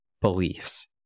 beliefs